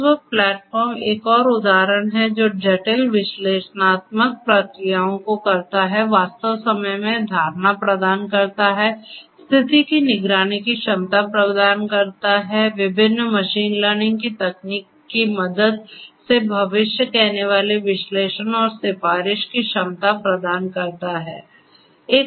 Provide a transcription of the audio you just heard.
ThingWorx platform एक और उदाहरण है जो जटिल विश्लेषणात्मक प्रक्रियाओं को करता है वास्तविक समय धारणा प्रदान करता है स्थिति की निगरानी की क्षमता प्रदान करता है विभिन्न मशीन लर्निंग की तकनीक की मदद से भविष्य कहनेवाला विश्लेषण और सिफारिश की क्षमता प्रदान करता है